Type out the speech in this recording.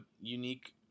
unique